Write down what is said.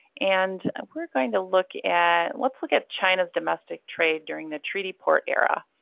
and we're going to look at, let's look at china's domestic trade during the treaty port era.